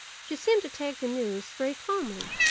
she seemed to take the news very calmly